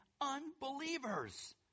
unbelievers